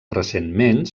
recentment